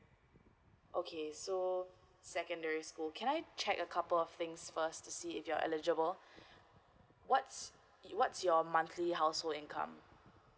okay so secondary school can I check a couple of things first to see if you're eligible what's what's your monthly household income